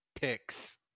picks